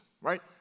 right